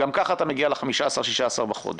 גם ככה אתה מגיע ל-16-15 בחודש.